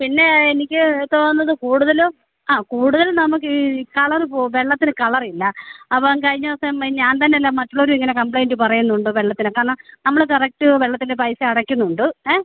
പിന്നെ എനിക്ക് തോന്നുന്നത് കൂടുതലും ആ കൂടുതലും നമുക്ക് കളറ് പോവും വെള്ളത്തിന് കളറില്ല അപ്പം കഴിഞ്ഞ ദിവസം ഞാൻ തന്നെ അല്ല മറ്റുള്ളവരും ഇങ്ങനെ കംപ്ലയിൻറ്റ് പറയുന്നുണ്ട് വെള്ളത്തിന് കാരണം നമ്മൾ കറക്റ്റ് വെള്ളത്തിൻ്റെ പൈസ അടക്കുന്നുണ്ട് ഏഹ്